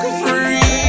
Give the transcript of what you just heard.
free